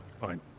Fine